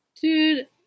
Dude